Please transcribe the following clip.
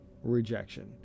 Rejection